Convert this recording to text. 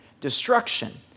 destruction